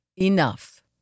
enough